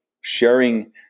sharing